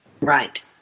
right